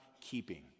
keeping